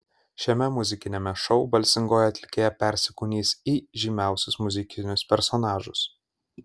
šiame muzikiniame šou balsingoji atlikėja persikūnys į žymiausius muzikinius personažus